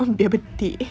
biar betik